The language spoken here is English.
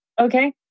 Okay